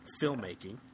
filmmaking